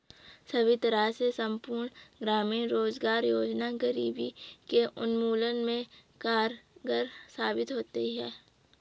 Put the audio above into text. सभी तरह से संपूर्ण ग्रामीण रोजगार योजना गरीबी के उन्मूलन में कारगर साबित होती है